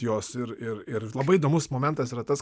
jos ir ir ir labai įdomus momentas yra tas